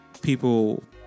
people